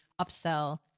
upsell